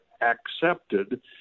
accepted